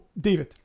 David